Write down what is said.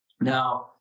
Now